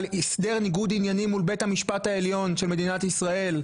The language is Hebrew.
על הסדר ניגוד עניינים מול בית המשפט העליון של מדינת ישראל,